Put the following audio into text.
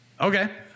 Okay